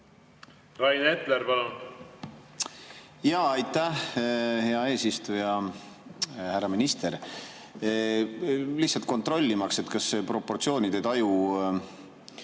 Rain Epler, palun! Aitäh, hea eesistuja! Härra minister! Lihtsalt kontrollimaks, kas proportsioonide taju